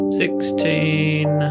sixteen